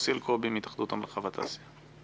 יוסי אלקובי מהתאחדות המלאכה והתעשייה.